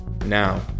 Now